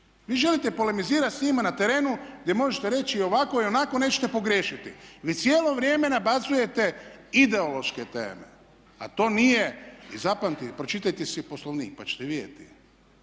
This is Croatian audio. Vi želite polemizirati s njim na terenu gdje možete reći i ovako i onako nećete pogriješiti. Vi cijelo vrijeme nabacujete ideološke teme, a to nije, i zapamtite, i pročitajte si Poslovnik pa ćete vidjeti,